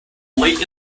late